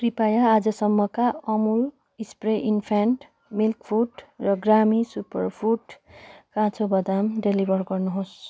कृपया आजसम्मका Amul spray infant milk food र ग्रामी सुपरफुड काँचो बदाम डेलिभर गर्नुहोस्